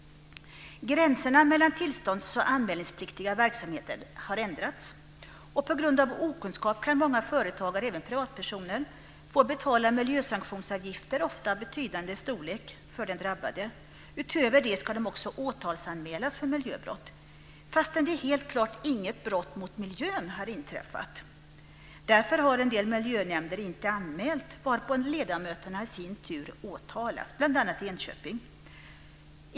Gränserna mellan tillstånds och anmälningspliktiga verksamheter har ändrats. På grund av okunskap kan många företagare, och även privatpersoner, få betala miljösanktionsavgifter - ofta av betydande storlek för den drabbade. Utöver det ska de också åtalsanmälas för miljöbrott, trots att brott mot miljön helt klart inte har inträffat. Därför har en del miljönämnder inte gjort någon anmälan, varpå ledamöterna i sin tur åtalats, bl.a. i Enköping.